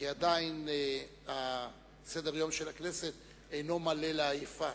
כי עדיין סדר-היום של הכנסת אינו מלא לעייפה.